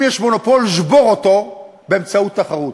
אם יש מונופול, שבור אותו באמצעות תחרות.